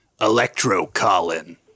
Electro-Colin